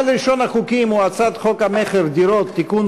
אבל ראשון החוקים הוא הצעת חוק המכר (דירות) (תיקון,